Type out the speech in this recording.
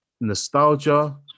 nostalgia